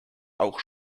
auch